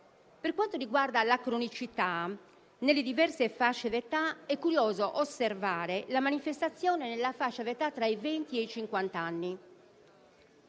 Per quanto riguarda la cronicità nelle diverse fasce di età, è curioso osservare la manifestazione nella fascia di età tra i venti e i